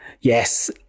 yes